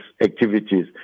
activities